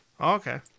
Okay